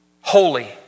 holy